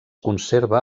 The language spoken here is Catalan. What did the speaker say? conserva